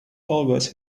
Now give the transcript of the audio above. always